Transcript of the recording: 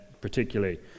particularly